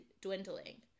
dwindling